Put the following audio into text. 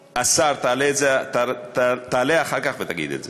השר, תעלה אחר כך ותגיד את זה,